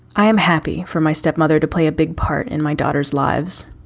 i am happy for my stepmother to play a big part in my daughter's lives,